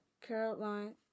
Caroline